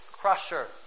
crusher